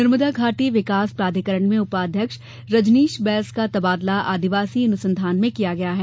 नर्मदा घाटी विकास प्राधिकरण में उपाध्यक्ष रजनीश बैस का तबादला आदिवासी अनुसंधान में किया गया है